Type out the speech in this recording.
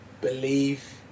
believe